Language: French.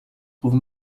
trouve